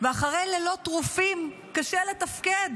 ואחרי לילות טרופים קשה לתפקד.